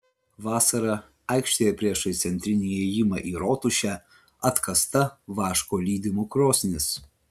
vasarą aikštėje priešais centrinį įėjimą į rotušę atkasta vaško lydymo krosnis